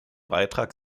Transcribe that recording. beitrag